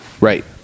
Right